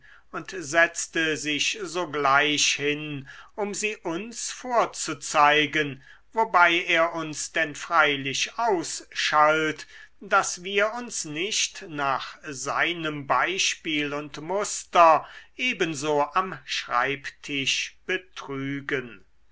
und setzte sich sogleich hin um sie uns vorzuzeigen wobei er uns denn freilich ausschalt daß wir uns nicht nach seinem beispiel und muster ebenso am schreibtisch betrügen